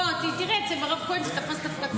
אצל מירב כהן זה תפס דווקא טוב.